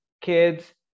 kids